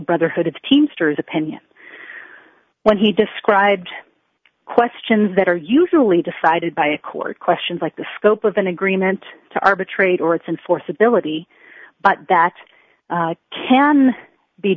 brotherhood of teamsters opinion when he described questions that are usually decided by a court questions like the scope of an agreement to arbitrate or its enforceability but that can be